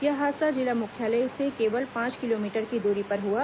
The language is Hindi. यह हादसा जिला मुख्यालय से केवल पांच किलोमीटर की दूरी पर हआ